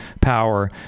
power